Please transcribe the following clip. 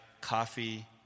coffee